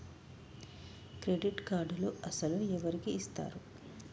Credit కార్డులు అసలు ఎవరికి ఇస్తారు?